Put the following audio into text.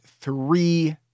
three